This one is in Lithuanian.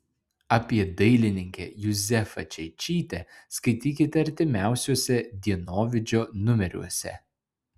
apie dailininkę juzefą čeičytę skaitykite artimiausiuose dienovidžio numeriuose